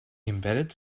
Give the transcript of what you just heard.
embedded